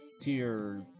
Tier